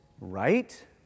right